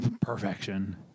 Perfection